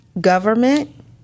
government